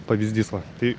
pavyzdys va tai